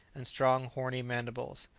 and strong horny mandibles.